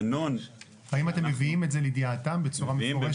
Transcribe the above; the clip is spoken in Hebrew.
האם אתם מביאים את זה לידיעתם בצורה מפורשת?